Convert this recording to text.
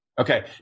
Okay